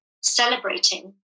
celebrating